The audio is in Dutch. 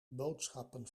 boodschappen